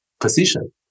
position